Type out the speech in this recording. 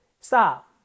Stop